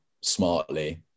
smartly